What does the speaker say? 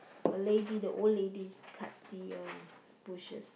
a lady the old lady cut the uh bushes